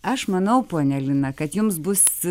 aš manau ponia lina kad jums bus